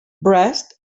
brest